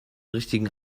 richtigen